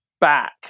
back